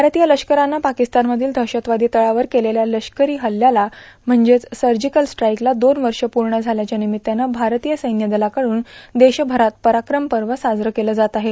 भारतीय लष्करानं पाकिस्तानमधील दहशतवादी तळावर केलेल्या लष्करी हल्ल्याला म्हणजे सर्जिकल स्ट्राईकला दोन वर्ष पूर्ण झाल्याच्या निमित्तानं भारतीय सैन्यदलाकडून देशभरात पराक्रम पर्व साजरं केलं जात आहे